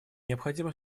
необходимо